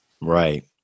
Right